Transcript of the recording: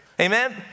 Amen